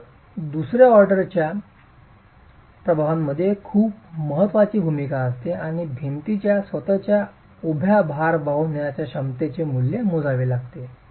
तर दुस ऑर्डरच्या प्रभावांमध्ये खूप महत्वाची भूमिका असते आणि भिंतीच्या स्वतःच उभ्या भार वाहून नेण्याच्या क्षमतेचे मूल्य मोजावे लागते